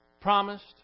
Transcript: promised